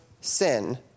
sin